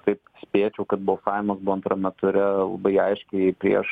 taip spėčiau kad balsavimas buvo antrame ture labai aiškiai prieš